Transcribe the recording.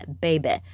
baby